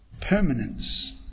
Permanence